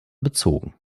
bezogen